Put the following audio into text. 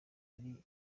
yari